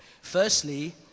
firstly